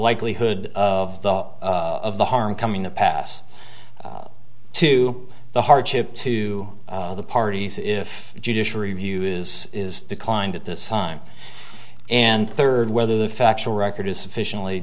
likelihood of the of the harm coming to pass to the hardship to the parties if judicial review is declined at this time and third whether the factual record is sufficiently